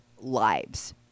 lives